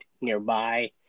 nearby